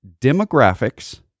Demographics